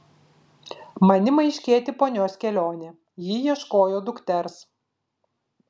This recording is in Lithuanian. man ima aiškėti ponios kelionė ji ieškojo dukters